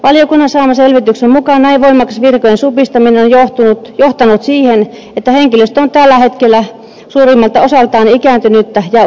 valiokunnan saaman selvityksen mukaan näin voimakas virkojen supistaminen on johtanut siihen että henkilöstö on tällä hetkellä suurimmalta osaltaan ikääntynyttä ja uupunutta